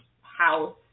house